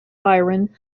byron